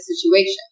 situation